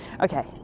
Okay